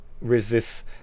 resists